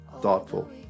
thoughtful